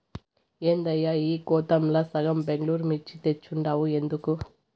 ఏందయ్యా ఈ గోతాంల సగం బెంగళూరు మిర్చి తెచ్చుండావు ఎందుకు